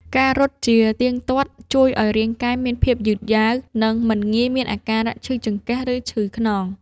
ការរត់ជាទៀងទាត់ជួយឱ្យរាងកាយមានភាពយឺតយ៉ាវ និងមិនងាយមានអាការៈឈឺចង្កេះ ឬឈឺខ្នង។